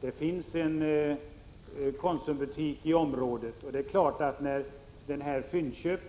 Det finns en Konsumbutik i området, och när Fyndköp